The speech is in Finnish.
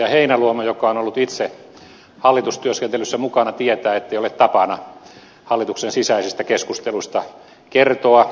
heinäluoma joka on ollut itse hallitustyöskentelyssä mukana tietää ettei ole tapana hallituksen sisäisistä keskusteluista kertoa